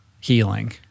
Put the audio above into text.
healing